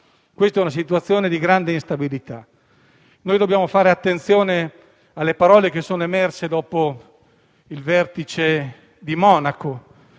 è una situazione di grande instabilità. Noi dobbiamo fare attenzione alle parole che sono emerse dopo il Vertice di Monaco,